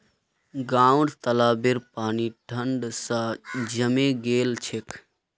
गांउर तालाबेर पानी ठंड स जमें गेल छेक